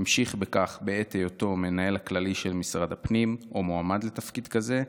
המשיך בכך בהיותו מנהל כללי של משרד הפנים או מועמד לתפקיד זה,